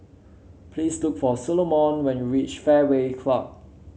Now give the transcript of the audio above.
please look for Solomon when you reach Fairway Club